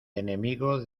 enemigo